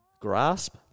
grasp